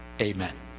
Amen